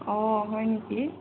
অঁ হয় নিকি